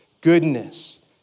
goodness